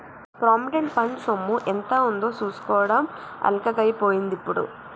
provident fund సొమ్ము ఎంత ఉందో చూసుకోవడం అల్కగై పోయిందిప్పుడు